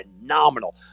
phenomenal